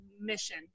mission